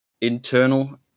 internal